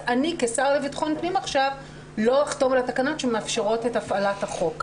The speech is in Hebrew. הוא כשר לביטחון פנים עכשיו לא אחתום על התקנות שמאפשרות את הפעלת החוק.